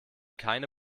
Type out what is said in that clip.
keine